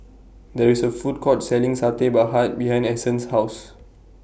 There IS A Food Court Selling Satay behind Ason's House